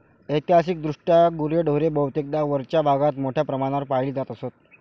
ऐतिहासिकदृष्ट्या गुरेढोरे बहुतेकदा वरच्या भागात मोठ्या प्रमाणावर पाळली जात असत